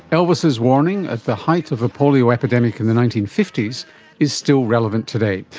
elvis's warning at the height of the polio epidemic in the nineteen fifty s is still relevant today.